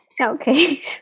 Okay